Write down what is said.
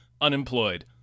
unemployed